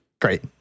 Great